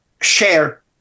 share